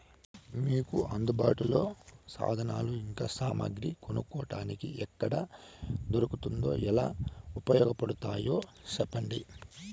మీకు అందుబాటులో సాధనాలు ఇంకా సామగ్రి కొనుక్కోటానికి ఎక్కడ దొరుకుతుందో ఎలా ఉపయోగపడుతాయో సెప్పండి?